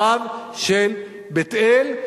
הרב של בית-אל,